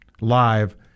live